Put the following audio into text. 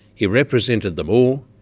he represented them all,